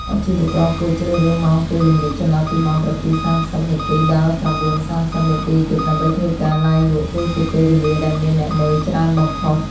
អាជីវករគួរជ្រើសរើស ម៉ោងពេលល្ងាច ចន្លោះពីម៉ោង ៧:៣០ នាទី ដល់ ៩:៣០ នាទី យប់ ដើម្បីធ្វើការ ឡាយលក់ ព្រោះជាពេលវេលាដែលមានអ្នកមើលច្រើនបំផុត។